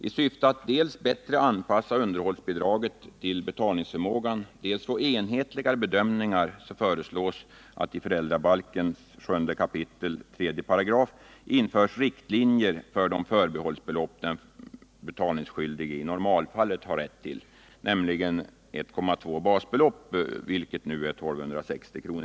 I syfte dels att bättre anpassa underhållsbidraget till betalningsförmågan, dels att få enhetligare bedömningar föreslås att det i föräldrabalkens 7 kap. 3§ införs riktlinjer för de förbehållsbelopp den betalningsskyldige i normalfallet har rätt till, nämligen 1,2 basbelopp —f. n. 1 260 kr.